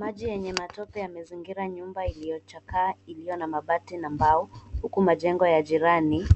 Maji yenye matope yamezingira nyumba iliyochakaa iliyo na mabati na mbao huku majengo ya jirani